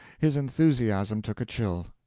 his enthusiasm took a chill.